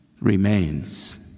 remains